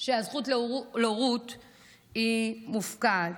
שהזכות להורות מופקעת.